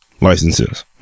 licenses